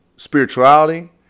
Spirituality